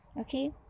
okay